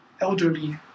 elderly